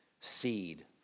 seed